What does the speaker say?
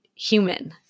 human